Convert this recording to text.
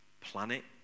planet